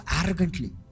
arrogantly